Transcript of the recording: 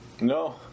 No